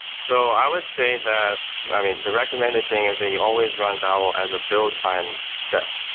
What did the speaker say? so i would say that i mean, the recommended thing is that you always run babel as a build time step.